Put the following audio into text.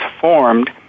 formed